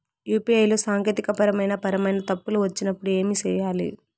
UPI లో సాంకేతికపరమైన పరమైన తప్పులు వచ్చినప్పుడు ఏమి సేయాలి